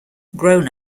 grown